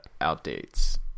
outdates